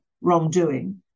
wrongdoing